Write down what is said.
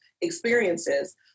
experiences